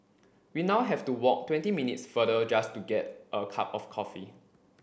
we now have to walk twenty minutes farther just to get a cup of coffee